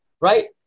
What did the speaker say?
right